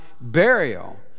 burial